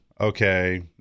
okay